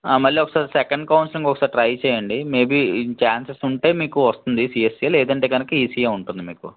మళ్ళీ ఒకసారి second counselling ఒకసారి ట్రై చెయ్యండి మేబీ ఛాన్సెస్ ఉంటే మీకు వస్తుంది సిఎస్ఈ లేదంటే కనుక ఈసీఈయే ఉంటుంది మీకు